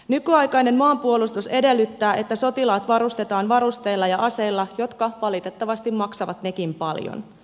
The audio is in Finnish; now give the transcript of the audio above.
nykyaikainen maanpuolustus edellyttää että sotilaat varustetaan varusteilla ja aseilla jotka valitettavasti maksavat nekin paljon